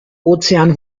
ozean